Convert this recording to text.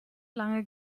lange